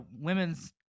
women's